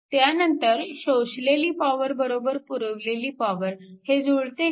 त्यानंतर शोषलेली पॉवर पुरवलेली पॉवर हे जुळते का